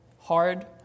hard